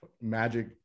magic